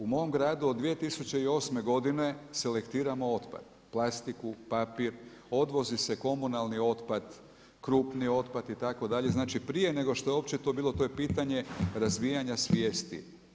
U mom gradu od 2008. godine selektiramo otpad, plastiku, papir, odvozi se komunalni otpad, krupni otpad itd., znači prije nego što je uopće to bilo, to je pitanje razvijanja svijesti.